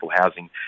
housing